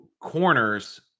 corners